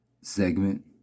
segment